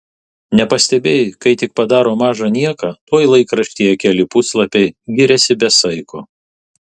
nepastebėjai kai tik padaro mažą nieką tuoj laikraštyje keli puslapiai giriasi be saiko